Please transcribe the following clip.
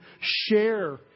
share